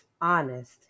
honest